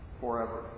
forever